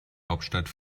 hauptstadt